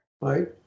Right